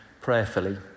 prayerfully